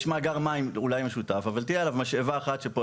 שיש אולי מאגר מים משותף,